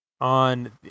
on